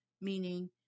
Meaning